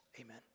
Amen